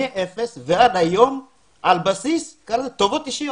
מאפס ועד היום על בסיס טובות אישיות.